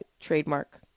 trademark